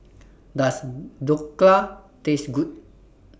Does Dhokla Taste Good